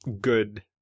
good